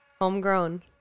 Homegrown